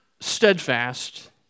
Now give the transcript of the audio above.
steadfast